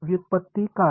व्युत्पत्ती काय